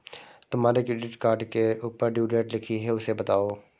तुम्हारे credit card के ऊपर ड्यू डेट लिखी है उसे बताओ